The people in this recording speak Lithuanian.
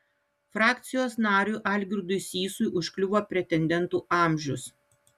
frakcijos nariui algirdui sysui užkliuvo pretendentų amžius